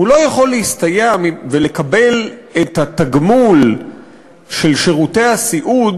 הוא לא יכול להסתייע ולקבל את התגמול של שירותי הסיעוד